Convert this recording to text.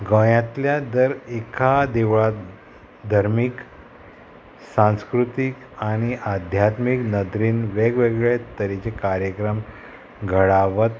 गोंयांतल्या दर एका देवळांत धर्मीक सांस्कृतीक आनी आध्यात्मीक नदरेन वेगवेगळे तरेचे कार्यक्रम घडावत